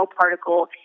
particle